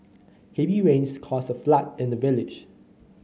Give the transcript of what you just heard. heavy rains caused a flood in the village